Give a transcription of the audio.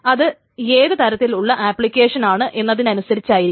അത് ഏത് തരത്തിലുള്ള അപ്ലിക്കേഷനാണ് എന്നതിനനുസരിച്ചിരിക്കും